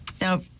Now